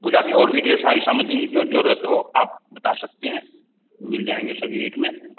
पूजा की और भी ढेर सारी सामग्री जो ज़रूरत हो आप बता सकते हैं मिल जाएँगे सभी रेट में